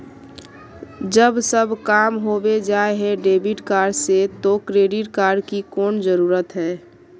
जब सब काम होबे जाय है डेबिट कार्ड से तो क्रेडिट कार्ड की कोन जरूरत है?